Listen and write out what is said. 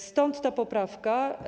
Stąd ta poprawka.